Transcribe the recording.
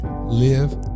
live